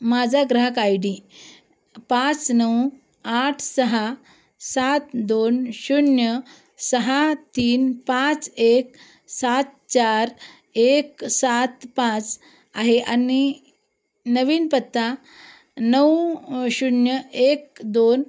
माझा ग्राहक I D पाच नऊ आठ सहा सात दोन शून्य सहा तीन पाच एक सात चार एक सात पाच आहे आणि नवीन पत्ता नऊ शून्य एक दोन